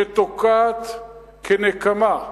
שתוקעת כנקמה,